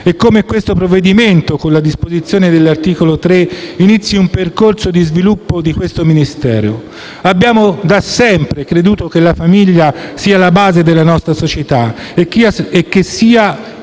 e come questo provvedimento, con le disposizioni di cui all'articolo 3, inizi un percorso di sviluppo di questo Ministero. Abbiamo da sempre creduto che la famiglia sia la base della nostra società e che sia il